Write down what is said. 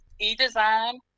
e-design